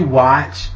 watch